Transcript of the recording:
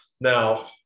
Now